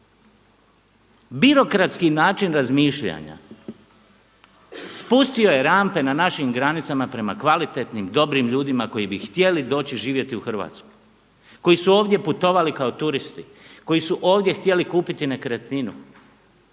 Birokratski način razmišljanja spustio je rampe na našim granicama prema kvalitetnim, dobrim ljudima koji bi htjeli doći živjeti u Hrvatsku, koji su ovdje putovali kao turisti, koji su ovdje htjeli kupiti nekretninu,